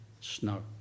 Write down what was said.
snow